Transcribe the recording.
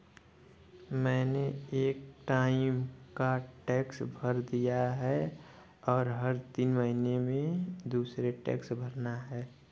मैंने एक टाइम का टैक्स भर दिया है, और हर तीन महीने में दूसरे टैक्स भरना है